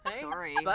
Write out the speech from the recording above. Sorry